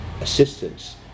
assistance